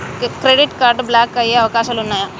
Credit card block అయ్యే అవకాశాలు ఉన్నయా?